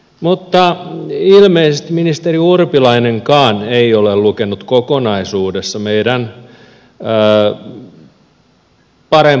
mutta ilmeisesti ministeri urpilainenkaan ei ole lukenut kokonaisuudessaan meidän parempaa varjobudjettiamme